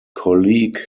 colleague